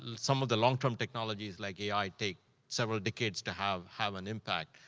some of the long-term technologies like ai take several decades to have have an impact.